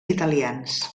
italians